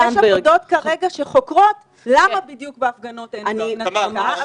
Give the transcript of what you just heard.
יש עבודות שכרגע חוקרות למה בדיוק בהפגנות אין נדבקים,